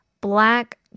black